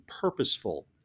purposeful